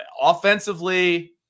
offensively